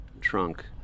trunk